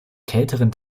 kälteren